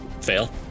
Fail